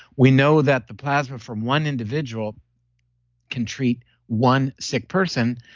we know that the plasma from one individual can treat one sick person,